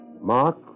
Mark